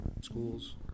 schools